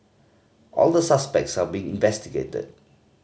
all the suspects are being investigated